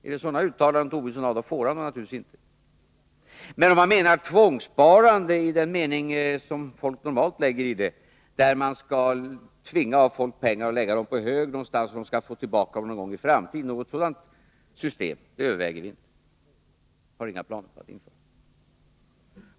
Är det sådana uttalanden Lars Tobisson vill ha, då får han dem naturligtvis inte. Men om han menar tvångssparande i den mening som folk normalt lägger i det begreppet, dvs. att man tvingar av folk pengar att läggas på hög någonstans för att sedan betalas tillbaka någon gång i framtiden, kan jag säga att något sådant system överväger vi inte. Vi har inga planer på något sådant.